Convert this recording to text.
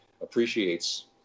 appreciates